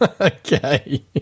Okay